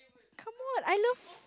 come on I love